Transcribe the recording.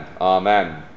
Amen